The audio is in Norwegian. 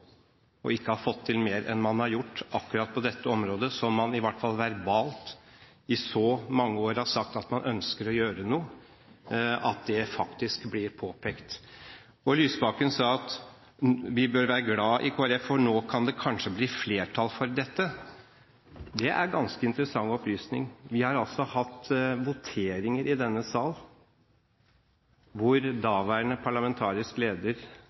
og ikke har fått til mer enn man har gjort på akkurat dette området som man i hvert fall verbalt i så mange år har sagt at man ønsker å gjøre noe. Lysbakken sa at vi i Kristelig Folkeparti bør være glade, for nå kan det kanskje bli flertall for dette. Dette er en ganske interessant opplysning. Vi har altså hatt voteringer i denne sal, hvor daværende parlamentarisk leder